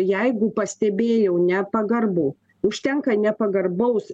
jeigu pastebėjau nepagarbų užtenka nepagarbaus